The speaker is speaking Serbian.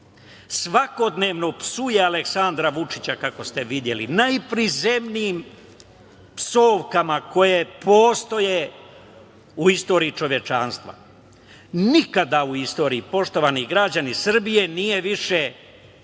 metodiku. Svakodnevno psuje Aleksandra Vučića, kako ste videli, najprizemnijim psovkama koje postoje u istoriji čovečanstva. Nikada u istoriji, poštovani građani Srbije, nije više